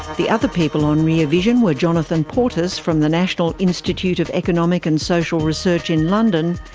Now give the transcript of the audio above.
the other people on rear vision were jonathan portes from the national institute of economic and social research in london,